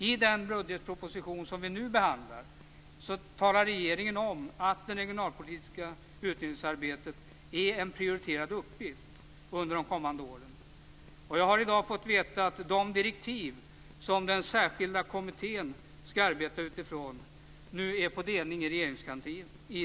I den budgetproposition som vi nu behandlar talar regeringen om att det regionalpolitiska utredningsarbetet är en prioriterad uppgift under de kommande åren. Jag har i dag fått veta att de direktiv som den särskilda kommittén skall arbeta utifrån nu är på delning i Regeringskansliet.